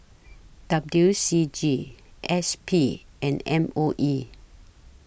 W C G S P and M O E